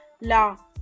La